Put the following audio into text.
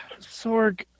sorg